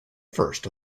first